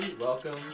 Welcome